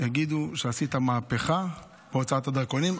יגידו שעשית מהפכה בהוצאת הדרכונים.